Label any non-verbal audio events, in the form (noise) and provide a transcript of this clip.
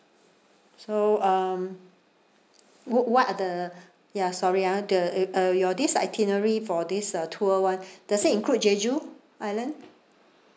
so um wo~ what are the ya sorry ah the it~ uh your this itinerary for this uh tour [one] (breath) does it include jeju island